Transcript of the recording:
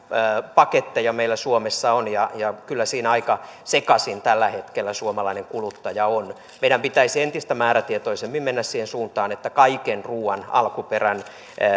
paketteja meillä suomessa on ja ja kyllä siinä aika sekaisin tällä hetkellä suomalainen kuluttaja on meidän pitäisi entistä määrätietoisemmin mennä siihen suuntaan että kaiken ruuan alkuperän